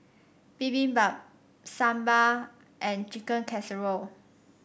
Bibimbap Sambar and Chicken Casserole